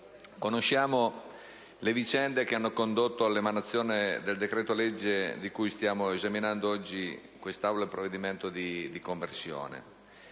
conosciamo le vicende che hanno condotto all'emanazione del decreto-legge di cui stiamo esaminando oggi in quest'Aula il provvedimento di conversione.